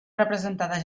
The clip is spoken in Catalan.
representada